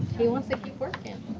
he wants to keep working.